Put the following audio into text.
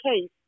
case